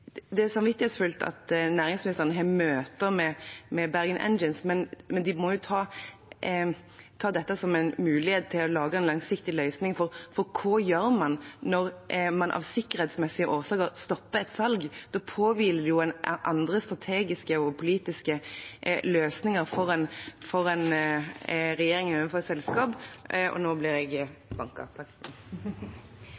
det er samvittighetsfullt at næringsministeren har møter med Bergen Engines, men de må ta dette som en mulighet til å lage en langsiktig løsning, for hva gjør man når man av sikkerhetsmessige årsaker stopper et salg? Da påhviler det en regjering andre strategiske og politiske løsninger overfor et selskap. La meg bare få kommentere et par punkter. Regjeringen